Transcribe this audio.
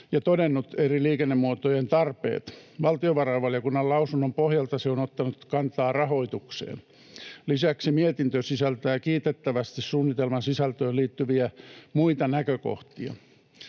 ja todennut eri liikennemuotojen tarpeet. Valtiovarainvaliokunnan lausunnon pohjalta se on ottanut kantaa rahoitukseen. Lisäksi mietintö sisältää kiitettävästi suunnitelman sisältöön liittyviä muita näkökohtia.